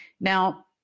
Now